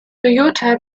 toyota